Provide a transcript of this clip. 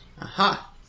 Aha